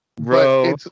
Bro